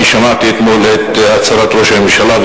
שמעתי אתמול את הצהרת ראש הממשלה,